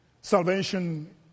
Salvation